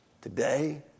Today